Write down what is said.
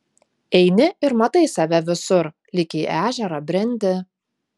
eini ir matai save visur lyg į ežerą brendi